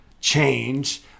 change